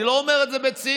אני לא אומר את זה בציניות.